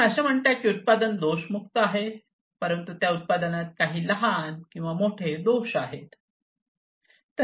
आपण असे म्हणता की उत्पादन दोषमुक्त आहे परंतु त्या उत्पादनात काही लहान किंवा मोठे दोष आहेत